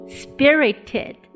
spirited